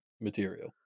material